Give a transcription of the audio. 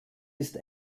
ist